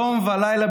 יום ולילה,